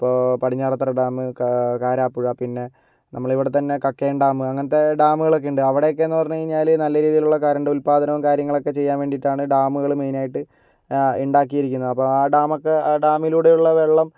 അപ്പോൾ പടിഞ്ഞാറെത്തറ ഡാം കാ കാരപ്പുഴ പിന്നെ നമ്മളുടെ ഇവിടെത്തന്നെ കക്കയം ഡാം അങ്ങനത്തെ ഡാമുകളൊക്കെയുണ്ട് അവിടെനിന്നൊക്കെയെന്ന് പറഞ്ഞ് കഴിഞ്ഞാൽ നല്ല രീതിയിലുള്ള കറന്റ് ഉത്പാദനവും കാര്യങ്ങളൊക്കെ ചെയ്യാൻ വേണ്ടിയിട്ടാണ് ഡാമുകൾ മെയിൻ ആയിട്ട് ഉണ്ടാക്കിയിരിക്കുന്നത് ആ ഡാമൊക്കെ ആ ഡാമിലൂടെയുള്ള വെള്ളം